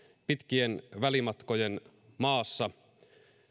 pitkien välimatkojen maassa